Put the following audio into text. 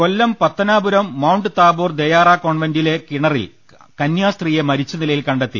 കൊല്ലം Pathanapuram Mount Tabor Dayara കോൺവെന്റിലെ കിണറിൽ കന്യാസ്ത്രീയെ മരിച്ച നിലയിൽ കണ്ടെത്തി